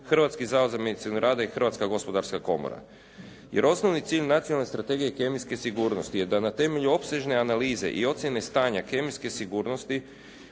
Hrvatski zavod za medicinu rada i Hrvatska gospodarska komora jer osnovni cilj Nacionalne strategije kemijske sigurnosti je da na temelju opsežne analize i ocjene stanja kemijske sigurnosti